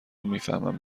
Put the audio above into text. میفهمم